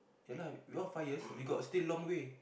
ya lah we all five years we got still long way